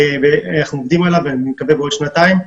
בעוד שנתיים.